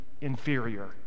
inferior